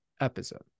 episode